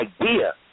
idea